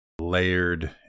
layered